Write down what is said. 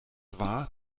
war